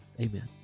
Amen